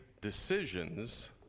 decisions